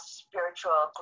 spiritual